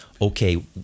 okay